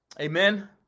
amen